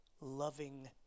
loving